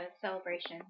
celebration